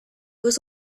was